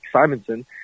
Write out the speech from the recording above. Simonson